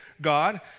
God